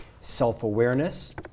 self-awareness